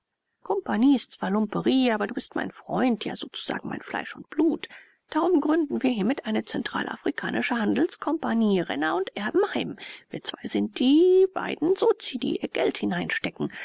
kumpani ist zwar lumperi aber du bist mein freund ja sozusagen mein fleisch und blut darum gründen wir hiermit eine zentralafrikanische handelskompagnie renner und erbenheim wir zwei sind die beiden sozii die ihr geld